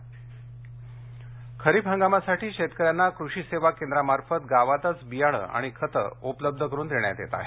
खरीप बियाणे पालघर खरीप हंगामासाठी शेतकऱ्यांना कृषी सेवा केंद्रामार्फत गावातच बियाणे आणि खते उपलब्ध करून देण्यात येत आहेत